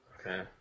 Okay